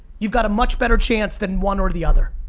you've got a much better chance than one or the other.